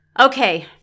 okay